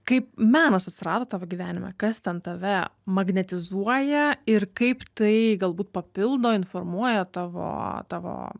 kaip menas atsirado tavo gyvenime kas ten tave magnetizuoja ir kaip tai galbūt papildo informuoja tavo tavo